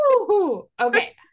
Okay